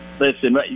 Listen